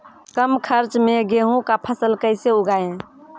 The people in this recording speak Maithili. कम खर्च मे गेहूँ का फसल कैसे उगाएं?